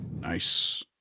Nice